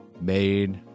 made